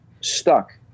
stuck